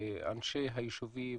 אנשי היישובים,